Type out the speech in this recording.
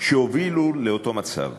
שהובילו לאותו מצב.